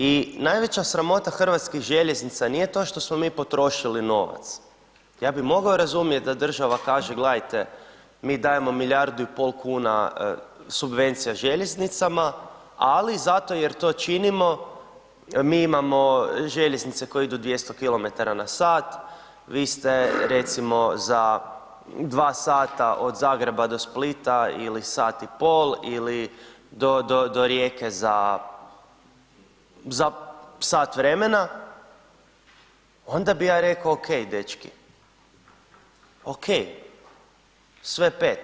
I najveća sramota hrvatskih željeznica nije to što smo mi potrošili novac, ja bi mogao razumjet da država kaže gledajte mi dajemo 1,5 milijardu subvencija željeznicama, ali zato jer to činimo mi imamo željeznice koje idu 200 km/h, vi ste recimo za 2 sata od Zagreba do Splita ili 1,5 sat ili do Rijeke za sat vremena, onda bi ja reko OK dečki, OK sve pet.